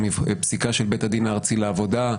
פסיקה של בית הדין הארצי לעבודה,